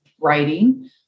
writing